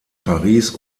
paris